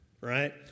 right